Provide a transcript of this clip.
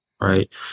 Right